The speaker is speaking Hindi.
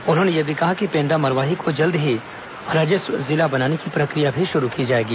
उन्होंने यह भी कहा कि पेण्ड्रा मरवाही को जल्द ही राजस्व जिला बनाने की प्रक्रिया भी शुरू की जाएगी